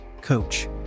coach